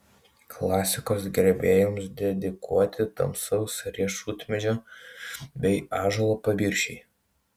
klasikos gerbėjams dedikuoti tamsaus riešutmedžio bei ąžuolo paviršiai